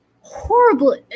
horrible